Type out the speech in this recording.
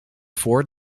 voor